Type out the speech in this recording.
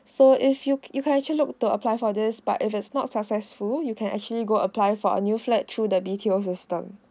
so if you can you can actually look to apply for this but if as not successful you can actually go apply for a new flat through the details system